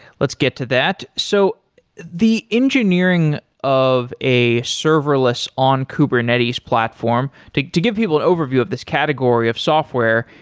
let's get to that. so the engineering of a serverless on kubernetes platform, to to give people an overview of this category of software,